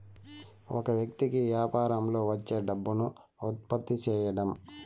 ఒక వ్యక్తి కి యాపారంలో వచ్చే డబ్బును ఉత్పత్తి సేయడం